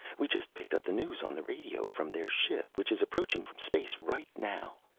we just picked up the news on the radio from their ship, which is approaching from space right now!